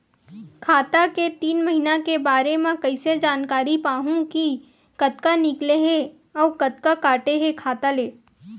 खाता के तीन महिना के बारे मा कइसे जानकारी पाहूं कि कतका निकले हे अउ कतका काटे हे खाता ले?